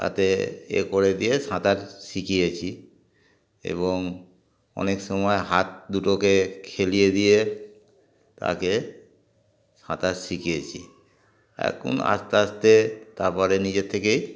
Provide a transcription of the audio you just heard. তাতে এ করে দিয়ে সাঁতার শিখিয়েছি এবং অনেক সময় হাত দুটোকে খেলিয়ে দিয়ে তাকে সাঁতার শিখিয়েছি এখন আস্তে আস্তে তারপরে নিজের থেকেই